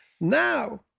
Now